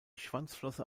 schwanzflosse